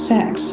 Sex